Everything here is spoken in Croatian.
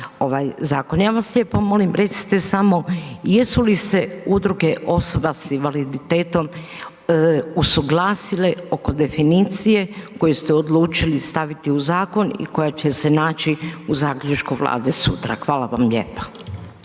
ovaj zakon, ja vas lijepo molim recite samo jesu li se udruga osoba sa invaliditetom usuglasile oko definicije koju ste odlučili staviti u zakon i koja će se naći u zaključku Vlade sutra. Hvala vam lijepa.